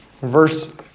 verse